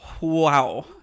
Wow